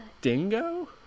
Dingo